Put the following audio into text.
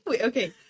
Okay